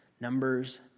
Numbers